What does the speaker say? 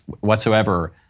whatsoever